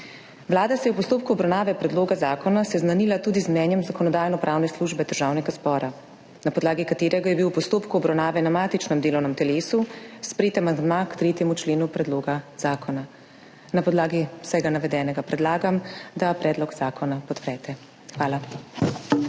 Vlada se je v postopku obravnave predloga zakona seznanila tudi z mnenjem Zakonodajno-pravne službe Državnega zbora, na podlagi katerega je bil v postopku obravnave na matičnem delovnem telesu sprejet amandma k 3. členu Predloga zakona. Na podlagi vsega navedenega predlagam, da predlog zakona podprete. Hvala.